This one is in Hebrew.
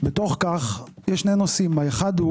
בתוך כך יש שני נושאים אחד,